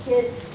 Kids